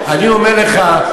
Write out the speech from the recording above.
אני אומר לך,